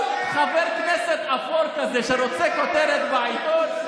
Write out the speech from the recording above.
כל חבר כנסת אפור כזה שרוצה כותרת בעיתון,